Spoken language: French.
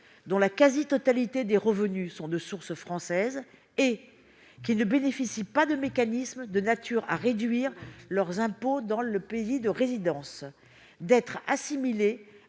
dont la quasi-totalité des revenus sont de source française et qui ne bénéficient pas de mécanismes de nature à réduire leurs impôts dans leur pays de résidence, d'être assimilées